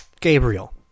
Gabriel